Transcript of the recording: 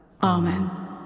Amen